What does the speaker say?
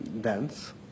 dance